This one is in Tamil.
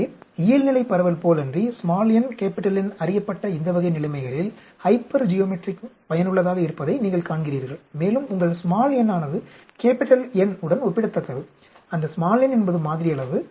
எனவே இயல்நிலை பரவல் போலன்றி n N அறியப்பட்ட இந்த வகை நிலைமைகளில் ஹைப்பர்ஜியோமெட்ரிக் பயனுள்ளதாக இருப்பதை நீங்கள் காண்கிறீர்கள் மேலும் உங்கள் n ஆனது N உடன் ஒப்பிடத்தக்கது அந்த n என்பது மாதிரி அளவு